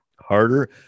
harder